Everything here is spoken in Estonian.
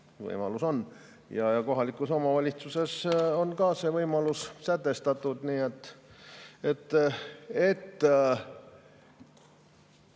võimalus on. Kohalikus omavalitsuses on ka see võimalus sätestatud,